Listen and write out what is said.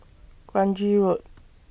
Kranji Road